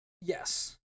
yes